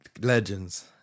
legends